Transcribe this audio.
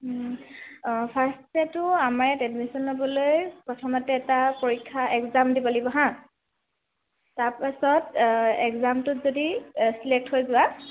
ফাৰ্ষ্টেটো আমাৰ ইয়াত এডমিশ্যন ল'বলৈ প্ৰথমতে এটা পৰীক্ষা এক্সাম দিব লাগিব হা তাৰপাছত এক্সামটোত যদি চিলেক্ট হৈ যোৱা